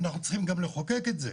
אנחנו צריכים גם לחוקק את זה.